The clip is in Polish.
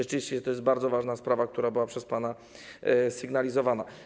Rzeczywiście to jest bardzo ważna sprawa, która była przez pana sygnalizowana.